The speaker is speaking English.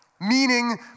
meaning